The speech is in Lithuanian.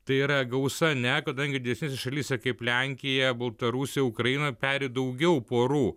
tai yra gausa ne kadangi didesnėse šalyse kaip lenkija baltarusija ukraina peri daugiau porų